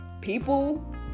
people